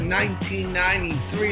1993